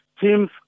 teams